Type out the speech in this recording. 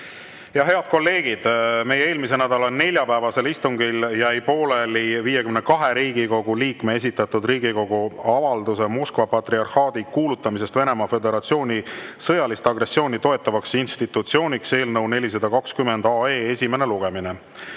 Head kolleegid, eelmise nädala neljapäevasel istungil jäi pooleli 52 Riigikogu liikme esitatud Riigikogu avalduse "Moskva patriarhaadi kuulutamisest Venemaa Föderatsiooni sõjalist agressiooni toetavaks institutsiooniks" eelnõu 420 esimene lugemine.